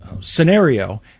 scenario